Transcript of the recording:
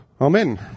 Amen